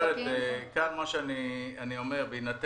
אני אחזור